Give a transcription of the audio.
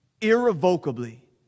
irrevocably